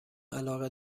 علاقه